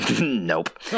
nope